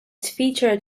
featured